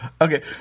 Okay